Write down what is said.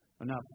Enough